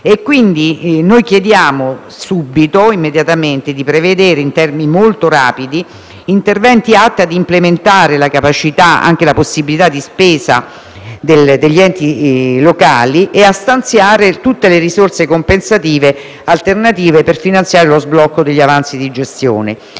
Quindi, noi chiediamo immediatamente di prevedere, in termini molto rapidi, interventi atti ad implementare la capacità di spesa degli enti locali; di stanziare tutte le risorse compensative alternative per finanziare lo sblocco degli avanzi di gestione;